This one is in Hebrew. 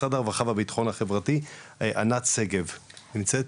משרד הרווחה והביטחון החברתי, ענת שגב, נמצאת?